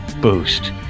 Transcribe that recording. boost